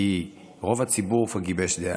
כי רוב הציבור כבר גיבש דעה.